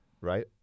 Right